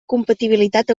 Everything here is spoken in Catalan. compatibilitat